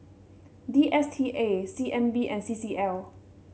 D S T A C N B and C C L